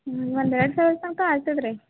ಹ್ಞೂ ಒಂದು ಎರಡು ಸಾವಿರ ತನಕ ಆಗ್ತದ್ ರೀ